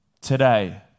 today